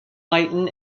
lytton